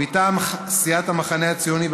מטעם סיעת המחנה הציוני,